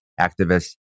activists